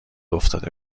افتاده